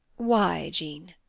why, jean?